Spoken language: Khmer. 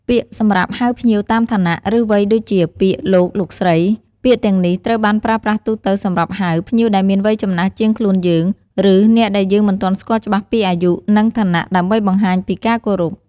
ពាក្យសម្រាប់ហៅភ្ញៀវតាមឋានៈ ឬវ័យដូចជា ពាក្យ លោក លោកស្រី ពាក្យទាំងនេះត្រូវបានប្រើប្រាស់ទូទៅសម្រាប់ហៅ ភ្ញៀវដែលមានវ័យចំណាស់ជាងខ្លួនយើង ឬអ្នកដែលយើងមិនទាន់ស្គាល់ច្បាស់ពីអាយុ និងឋានៈ ដើម្បីបង្ហាញពីការគោរព។